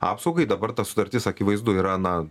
apsaugai dabar ta sutartis akivaizdu yra na